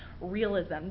realism